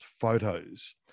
photos